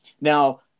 Now